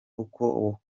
uko